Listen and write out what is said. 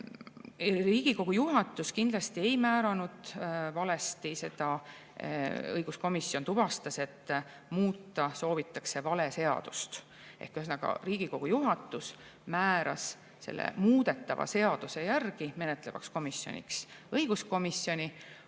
Riigikogu juhatus kindlasti ei määranud seda valesti. Õiguskomisjon tuvastas, et muuta soovitakse vale seadust. Ühesõnaga, Riigikogu juhatus määras selle muudetava seaduse järgi menetlevaks komisjoniks õiguskomisjoni,